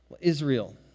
Israel